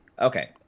Okay